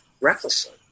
recklessly